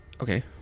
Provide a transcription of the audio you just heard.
Okay